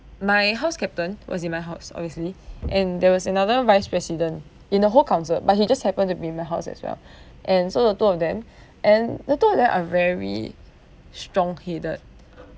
my house captain was in my house obviously and there was another vice president in a whole council but he just happened to be in my house as well and so the two of them and the two of them are very strong headed